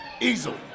easily